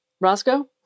Roscoe